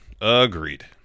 agreed